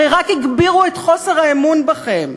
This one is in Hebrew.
הרי רק הגבירו את חוסר האמון בכם.